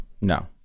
No